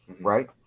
right